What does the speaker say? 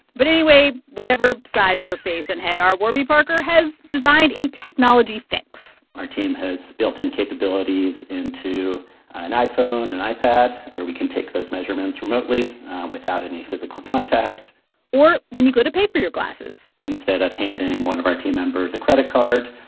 but anyway, whatever size your face and head are, warby parker has designed a technology fix our team has built in capabilities capabilities into an iphone, and an ipad, where we can take those measurements remotely without any physical contact or when you go to pay for your glasses. instead of handing one of our team members a credit card,